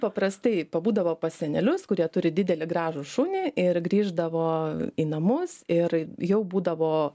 paprastai pabūdavo pas senelius kurie turi didelį gražų šunį ir grįždavo į namus ir jau būdavo